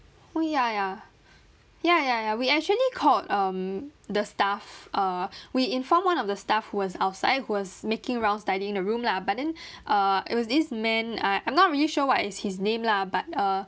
we ya ya ya ya ya we actually called um the staff err we informed one of the staff who was outside who was making rounds tidying the room lah but then err it was this man I I'm not really sure what is his name lah but uh